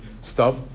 stop